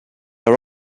are